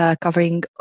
covering